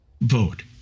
vote